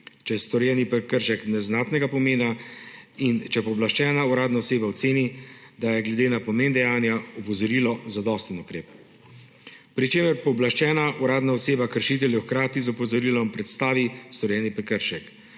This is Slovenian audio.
če je storjeni prekršek neznatnega pomena in če pooblaščena uradna oseba oceni, da je glede na pomen dejanja opozorilo zadosten ukrep. Pri čemer pooblaščena uradna oseba kršitelju hkrati z opozorilom predstavi storjeni prekršek.